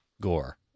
gore